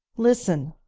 listen,